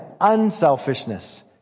Unselfishness